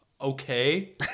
Okay